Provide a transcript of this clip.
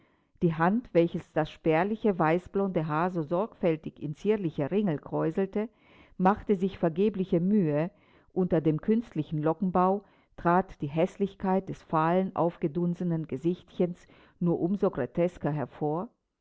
die hand welche das spärliche weißblonde haar so sorgfältig in zierliche ringel kräuselte machte sich vergebliche mühe unter dem künstlichen lockenbau trat die häßlichkeit des fahlen aufgedunsenen gesichtchens nur um so grotesker hervor